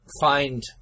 find